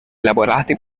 elaborate